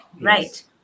right